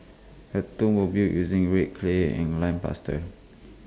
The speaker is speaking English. the tombs were built using red clay and lime plaster